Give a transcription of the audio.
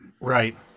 right